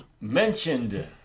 Mentioned